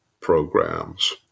programs